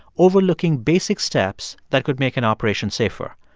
overlooking basic steps that could make an operation safer.